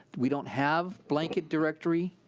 we don't have blanket directory